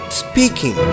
speaking